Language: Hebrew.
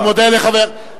אני מאוד מודה לחבר הכנסת.